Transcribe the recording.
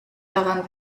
daran